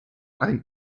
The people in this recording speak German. ein